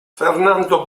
fernando